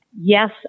Yes